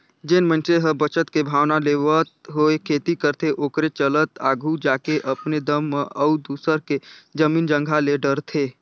जेन मइनसे ह बचत के भावना लेवत होय खेती करथे ओखरे चलत आघु जाके अपने दम म अउ दूसर के जमीन जगहा ले डरथे